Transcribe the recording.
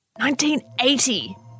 1980